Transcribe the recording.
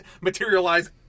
materialize